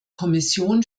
kommission